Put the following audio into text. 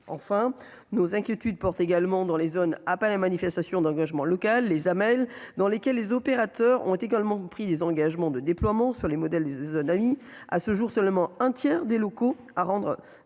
enfin nos inquiétudes portent également dans les zones appel à manifestation d'engagement local les Amel, dans lesquelles les opérateurs ont également pris des engagements de déploiement sur les modèles des un avis à ce jour, seulement un tiers des locaux à rendre